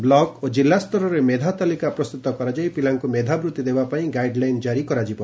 block ଓ ଜିଲ୍ଲାସ୍ତରରେ ମେଧା ତାଲିକା ପ୍ରସ୍ତୁତ କରାଯାଇ ପିଲାଙ୍କୁ ମେଧାବୃତ୍ତି ଦେବା ପାଇଁ ଗାଇଡ୍ଲାଇନ୍ ଜାରି କରାଯିବ